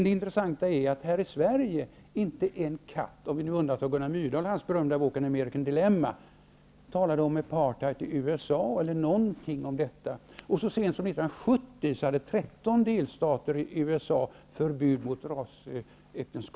Det intressanta är att inte någon här i Sverige, om vi nu undantar Gunnar Myrdal och hans berömda bok